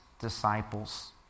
disciples